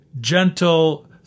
gentle